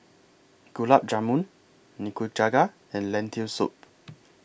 Gulab Jamun Nikujaga and Lentil Soup